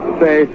say